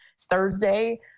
Thursday